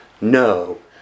no